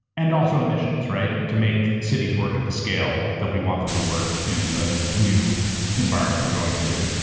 and, also, emissions, right, to make cities work at the scale that we want them to work in the new environment we're going into.